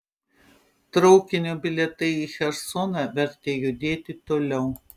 traukinio bilietai į chersoną vertė judėti toliau